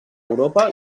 europa